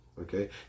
okay